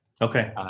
Okay